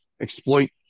exploit